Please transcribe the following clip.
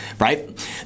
right